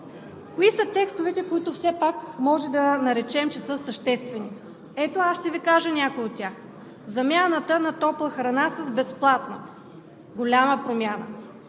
Кои са текстовете, които все пак можем да наречем съществени? Ще Ви кажа някои от тях. Замяната на топла храна с безплатна – голяма промяна.